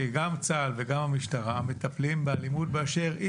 שגם צה"ל וגם המשטרה מטפלים באלימות באשר היא.